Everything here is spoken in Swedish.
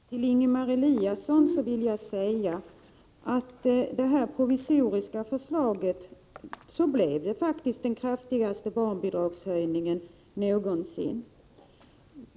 Herr talman! Till Ingemar Eliasson vill jag säga att med det här provisoriska förslaget blev det faktiskt den kraftigaste barnbidragshöjningen någonsin.